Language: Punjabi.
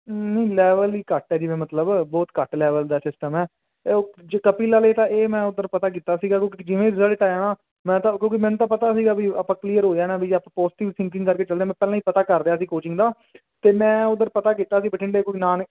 ਨਹੀਂ ਲੈਵਲ ਹੀ ਘੱਟ ਹੈ ਜਿਵੇਂ ਮਤਲਬ ਬਹੁਤ ਘੱਟ ਲੈਵਲ ਦਾ ਸਿਸਟਮ ਹੈ ਇਹ ਓ ਜੇ ਕਪਿਲ ਵਾਲੇ ਤਾਂ ਇਹ ਮੈਂ ਉੱਧਰ ਪਤਾ ਕੀਤਾ ਸੀਗਾ ਕਿਉਂਕਿ ਜਿਵੇਂ ਰਿਜ਼ਲਟ ਆਇਆ ਨਾ ਮੈਂ ਤਾਂ ਕਿਉਂਕਿ ਮੈਨੂੰ ਤਾਂ ਪਤਾ ਸੀਗਾ ਵੀ ਆਪਾਂ ਕਲੀਅਰ ਹੋ ਜਾਣਾ ਵੀ ਆਪਾਂ ਪੋਜ਼ਟਿਵ ਥਿੰਕਿੰਗ ਕਰਕੇ ਚੱਲਦੇ ਮੈਂ ਪਹਿਲਾਂ ਹੀ ਪਤਾ ਕਰ ਲਿਆ ਸੀ ਕੋਚਿੰਗ ਦਾ ਅਤੇ ਮੈਂ ਉੱਧਰ ਪਤਾ ਕੀਤਾ ਸੀ ਬਠਿੰਡੇ ਗੁਰੂ ਨਾਨਕ